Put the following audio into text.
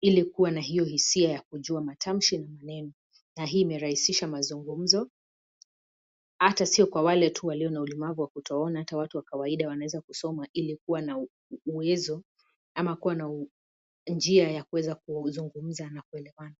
ili kuwa na hio hisia ya kujua matamshi na maneno na hii ime rahisisha mazungumzo ata sio kwa wale tu walio na ulemavu wa kuto ona hata watu wa kawaida wanaweza kusoma ili kuwa na uwezo ama kuwa na njia ya kuweza kuzungmza na kuelewana.